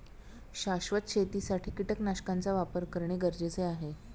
शाश्वत शेतीसाठी कीटकनाशकांचा वापर करणे गरजेचे आहे